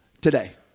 today